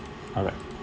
alright